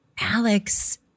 Alex